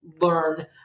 learn